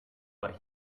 but